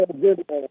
good